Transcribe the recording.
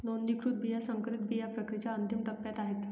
नोंदणीकृत बिया संकरित बिया प्रक्रियेच्या अंतिम टप्प्यात आहेत